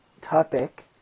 topic